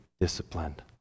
disciplined